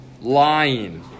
lying